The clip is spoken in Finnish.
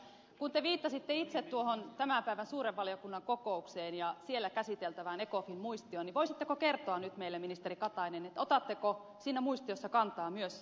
kun te viittasitte itse tuohon tämän päivän suuren valiokunnan kokoukseen ja siellä käsiteltävään ecofin muistioon niin voisitteko kertoa nyt meille ministeri katainen otatteko siinä muistiossa kantaa myös rahoitusmarkkinaveron puolesta